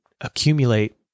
accumulate